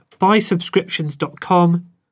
buysubscriptions.com